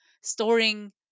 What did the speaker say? storing